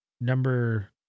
number